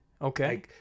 Okay